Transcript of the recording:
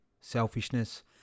selfishness